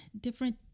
different